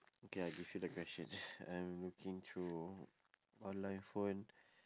okay I give you the question I looking through on my phone